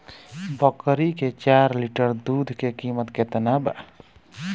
बकरी के चार लीटर दुध के किमत केतना बा?